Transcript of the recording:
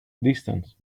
distance